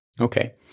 Okay